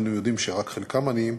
ואנו יודעים שרק חלקם עניים,